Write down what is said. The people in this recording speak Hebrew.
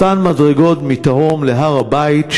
אותן מדרגות מדרום להר-הבית,